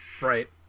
Right